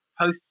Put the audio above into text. post